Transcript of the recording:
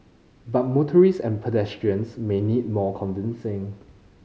but motorists and pedestrians may need more convincing